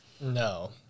No